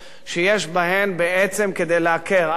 שיש בהן כדי לעקר, א.